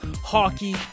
hockey